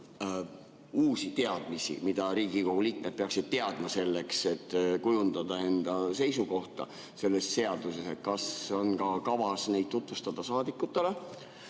uusi teadmisi, mida Riigikogu liikmed peaksid teadma selleks, et kujundada enda seisukohta selle seaduse osas, siis kas on kavas neid teadmisi saadikutele